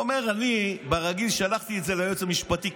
הוא אומר: אני ברגיל שלחתי את זה ליועץ המשפטי,